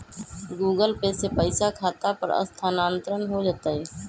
Google Pay से पईसा खाता पर स्थानानंतर हो जतई?